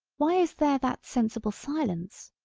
why is there that sensible silence.